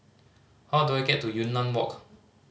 how do I get to Yunnan Walk